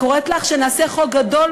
נעשה חוק גדול,